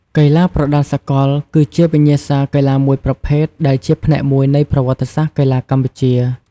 កីឡាប្រដាល់សកល គឺជាវិញ្ញាសាកីឡាមួយប្រភេទដែលជាផ្នែកមួយនៃប្រវត្តិសាស្ត្រកីឡាកម្ពុជា។